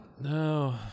no